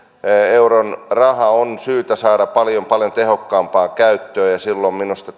euron raha on syytä saada paljon paljon tehokkaampaan käyttöön ja silloin minusta